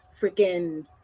freaking